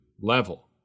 level